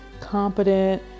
competent